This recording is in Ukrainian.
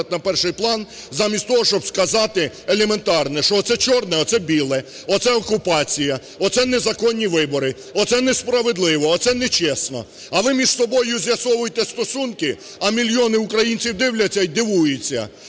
на перший план замість того, щоб сказати елементарне, що це чорне, а це біле, це окупація, це незаконні вибори, це несправедливо, це не чесно. А ви між собою з'ясовуєте стосунки, а мільйони українців дивляться і дивуються,